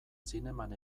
zineman